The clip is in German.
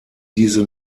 diese